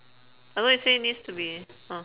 I thought you say it needs to be orh